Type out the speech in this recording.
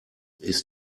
ist